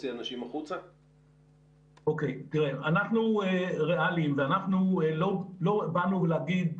אנחנו ריאליים ואל באנו להגיד,